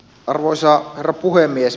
arvoisa herra puhemies